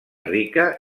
rica